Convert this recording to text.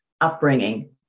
upbringing